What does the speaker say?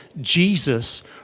Jesus